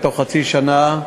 בתוך חצי שנה.